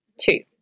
Two